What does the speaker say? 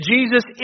Jesus